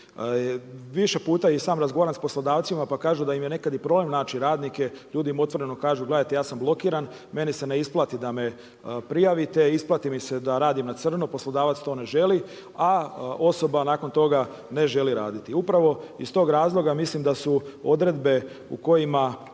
Više puta i sam razgovaram sa poslodavcima, pa kažu da im je nekad i problem naći radnike, ljudi im otvoreno kažu gledajte ja sam blokiran, meni se ne isplati da me prijavite, isplati mi se da radim na crno. Poslodavac to ne želi, a osoba nakon toga ne želi raditi. Upravo iz tog razloga mislim da su odredbe u kojima